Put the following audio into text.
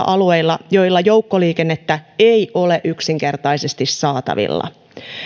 alueilla joilla joukkoliikennettä ei ole yksinkertaisesti saatavilla